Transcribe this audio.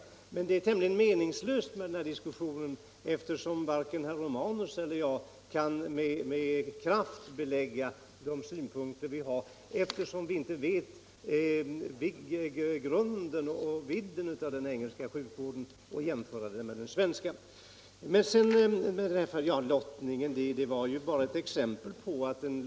Emellertid är den här diskussionen tämligen meningslös, eftersom varken herr Romanus eller jag kan med kraft belägga de synpunkter vi har; vi känner ju inte till grunden för och vidden av den engelska sjukvården i jämförelse med den svenska. Vad jag sade om lottning var bara ett exempel.